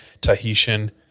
Tahitian